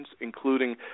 including